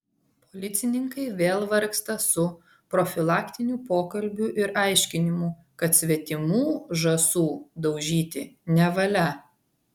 policininkai vėl vargsta su profilaktiniu pokalbiu ir aiškinimu kad svetimų žąsų daužyti nevalia